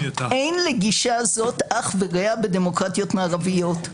אין לגישה זאת אח ורע בדמוקרטיות מערביות.